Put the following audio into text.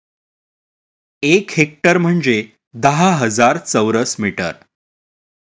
एक हेक्टर म्हणजे दहा हजार चौरस मीटर